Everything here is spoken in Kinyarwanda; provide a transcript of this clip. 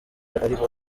ariko